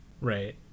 right